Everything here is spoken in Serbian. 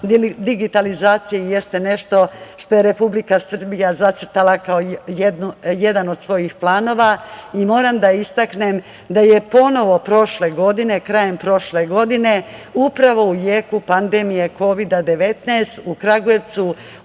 Digitalizacija jeste nešto što je Republika Srbija zacrtala kao jedan od svojih planova i moram da istaknem da je ponovo prošle godine, krajem prošle godine u jeku pandemije Kovida 19 u Kragujevcu